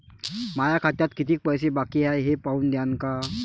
माया खात्यात कितीक पैसे बाकी हाय हे पाहून द्यान का?